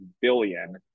billion